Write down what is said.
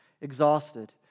exhausted